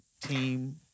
team